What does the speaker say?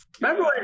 Remember